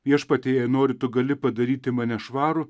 viešpatie jei nori tu gali padaryti mane švarų